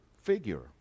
figure